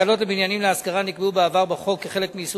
ההקלות לבניינים להשכרה נקבעו בעבר בחוק כחלק מיישום